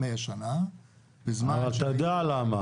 תודה רבה